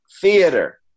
theater